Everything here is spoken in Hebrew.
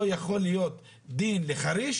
לא יכול להיות דין לחריש